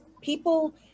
People